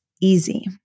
easy